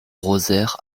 rosaire